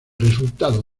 resultado